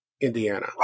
Indiana